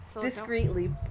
discreetly